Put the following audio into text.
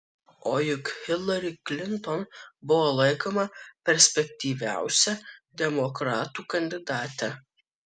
o juk hilari klinton buvo laikoma perspektyviausia demokratų kandidate